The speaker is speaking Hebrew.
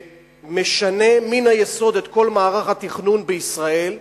שמשנה מן היסוד את כל מערך התכנון בישראל,